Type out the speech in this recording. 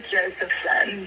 Josephson